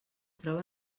troba